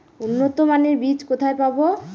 উন্নতমানের বীজ কোথায় পাব?